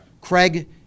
Craig